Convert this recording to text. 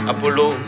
Apollo